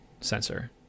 sensor